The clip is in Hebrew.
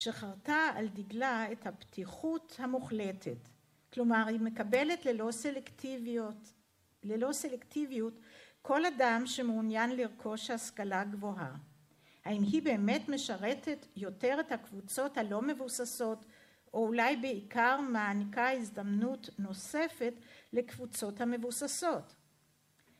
שחרטה על דגלה את הפתיחות המוחלטת, כלומר היא מקבלת ללא סלקטיביות, ללא סלקטיביות כל אדם שמעוניין לרכוש השכלה גבוהה. האם היא באמת משרתת יותר את הקבוצות הלא מבוססות, או אולי בעיקר מעניקה הזדמנות נוספת לקבוצות המבוססות?